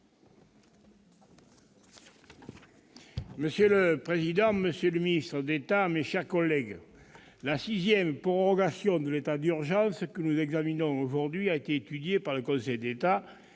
Monsieur le président, monsieur le ministre d'État, mes chers collègues, la sixième prorogation de l'état d'urgence que nous examinons aujourd'hui a été étudiée par le Conseil d'État